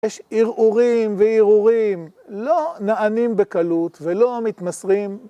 יש ערעורים וערעורים לא נענים בקלות ולא מתמסרים.